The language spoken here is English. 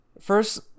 First